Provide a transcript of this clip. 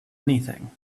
anything